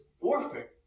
warfare